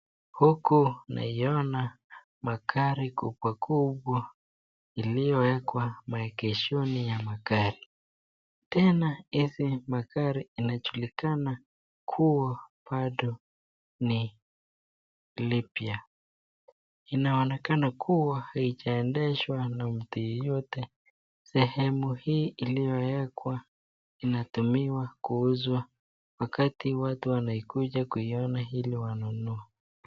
Huku naiona magari kubwa kubwa iliyowekwa maengeshoni ya magari, tena hizi magari inajulikana kuwa bado ni lipya. Inaonekana kuwa hijaendeshwa na mtu yeyote. Sehemu hii iliyowekwa inatumiwa kuuzwa wakati watu wanakuja kuiona ili wanunue.